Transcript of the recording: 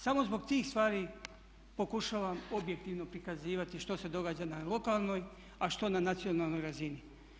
Samo zbog tih stvari pokušavam objektivno prikazivati što se događa na lokalnoj, a što na nacionalnoj razini.